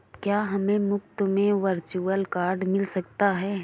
क्या हमें मुफ़्त में वर्चुअल कार्ड मिल सकता है?